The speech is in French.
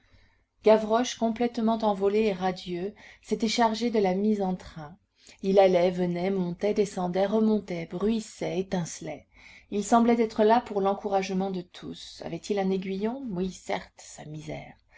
gavroche complètement envolé et radieux s'était chargé de la mise en train il allait venait montait descendait remontait bruissait étincelait il semblait être là pour l'encouragement de tous avait-il un aiguillon oui certes sa misère